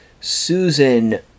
Susan